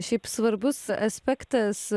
šiaip svarbus aspektas